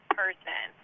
person